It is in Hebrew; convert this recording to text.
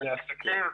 עסקית.